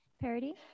Parody